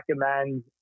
recommend